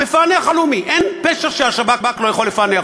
המפענח הלאומי, אין פשע שהשב"כ לא יכול לפענח.